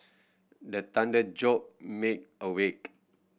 the thunder jolt me awake